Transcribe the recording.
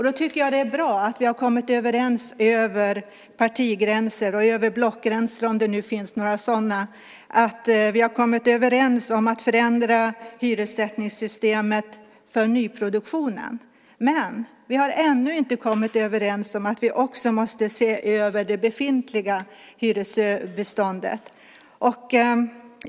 Då tycker jag att det är bra att vi har kommit överens över partigränser och över blockgränser, om det nu finns några sådana, om att förändra hyressättningssystemet för nyproduktionen. Men vi har ännu inte kommit överens om att vi också måste se över det befintliga hyresbeståndet.